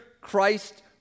christ